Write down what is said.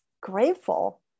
grateful